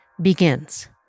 begins